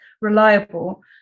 reliable